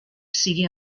sigui